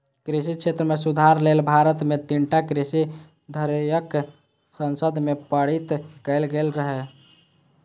कृषि क्षेत्र मे सुधार लेल भारत मे तीनटा कृषि विधेयक संसद मे पारित कैल गेल रहै